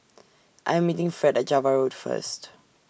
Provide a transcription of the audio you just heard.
I Am meeting Fred At Java Road First